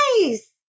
Nice